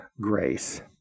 Grace